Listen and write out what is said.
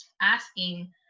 asking